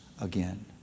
again